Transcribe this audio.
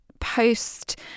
post